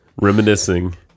reminiscing